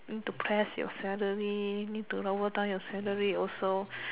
need to press your salary need to lower down your salary also